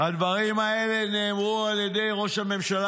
הדברים האלה נאמרו על ידי ראש הממשלה